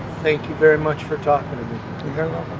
thank you very much for talking to me.